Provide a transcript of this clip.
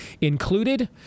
included